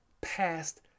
past